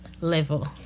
level